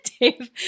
Dave